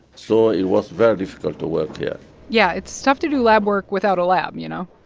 so it was very difficult to work here yeah. it's tough to do lab work without a lab, you know?